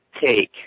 take